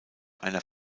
einer